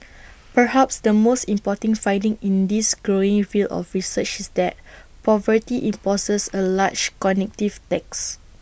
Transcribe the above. perhaps the most important finding in this growing field of research is that poverty imposes A large cognitive tax